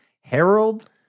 Harold